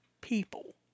people